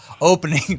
opening